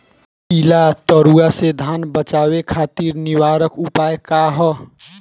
पीला रतुआ से धान बचावे खातिर निवारक उपाय का ह?